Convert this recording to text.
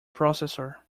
processor